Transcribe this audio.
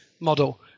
model